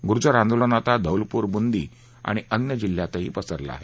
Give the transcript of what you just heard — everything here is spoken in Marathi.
गुंर्जर आंदोलन आता धौलपूर बुंदी आणि अन्य जिल्ह्यातही पसरलं आहे